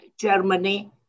Germany